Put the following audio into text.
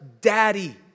daddy